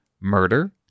murder